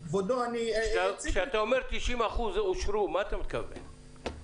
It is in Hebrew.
כשאתה אומר 90% אושרו, למה אתה מתכוון?